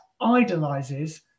idolizes